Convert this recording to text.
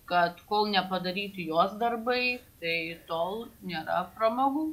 kad kol nepadaryti jos darbai tai tol nėra pramogų